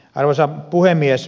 arvoisa puhemies